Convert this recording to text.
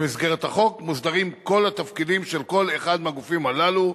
במסגרת החוק מוסדרים כל התפקידים של כל אחד מהגופים הללו,